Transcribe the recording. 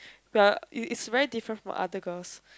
the it's it's very different from other girls